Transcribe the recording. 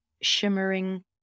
shimmering